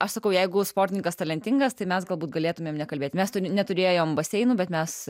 aš sakau jeigu sportininkas talentingas tai mes galbūt galėtumėm nekalbėti mes neturėjome baseinų bet mes